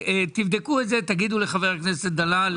תבדקו את זה ותגידו לחבר הכנסת דלל.